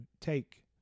take